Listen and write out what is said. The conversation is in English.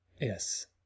Yes